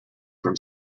from